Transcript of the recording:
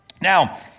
Now